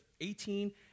18